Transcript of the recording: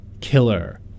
Killer